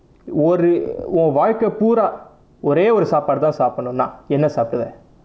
ஒரு உன் வாழ்க்கை பூரா ஒரே ஒரு சாபாடுதான் சாப்பிடனும்னா என்ன சாப்பிடுவே:oru un vaazhkai poora orae oru saapaadu thaan saapidanum naa enna saapiduvae